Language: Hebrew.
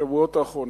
בשבועות האחרונים,